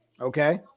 Okay